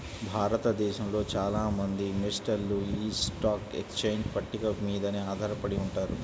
భారతదేశంలో చాలా మంది ఇన్వెస్టర్లు యీ స్టాక్ ఎక్స్చేంజ్ పట్టిక మీదనే ఆధారపడి ఉంటారు